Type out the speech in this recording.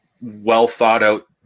well-thought-out